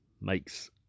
makes